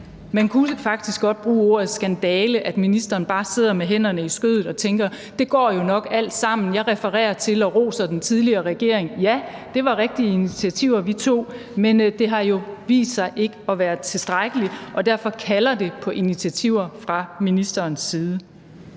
man kunne faktisk godt bruge ordet skandale, at ministeren bare sidder med hænderne i skødet og tænker: Det går jo nok alt sammen, jeg refererer til og roser den tidligere regering. Ja, det var rigtige initiativer, vi tog. Men det har jo vist sig ikke at være tilstrækkeligt, og derfor kalder det på initiativer fra ministerens side.